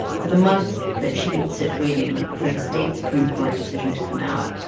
for the month that she would sit waiting for the state supreme court decision to come out,